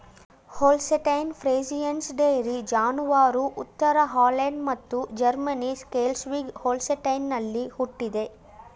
Holstein Friesians dairy ಜಾನುವಾರು ಉತ್ತರ Holland ಮತ್ತು ಜರ್ಮನಿ ಸ್ಕ್ಲೆಸ್ವಿಗ್ ಹೋಲ್ಸ್ಟೈನಲ್ಲಿ ಹುಟ್ಟಿದೆ